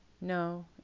No